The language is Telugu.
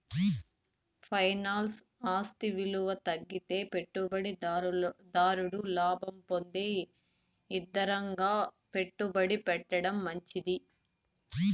ఫైనాన్స్ల ఆస్తి ఇలువ తగ్గితే పెట్టుబడి దారుడు లాభం పొందే ఇదంగా పెట్టుబడి పెట్టడం మంచిది